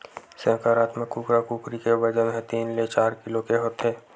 संकरामक कुकरा कुकरी के बजन ह तीन ले चार किलो के होथे